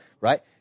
Right